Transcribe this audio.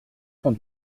sans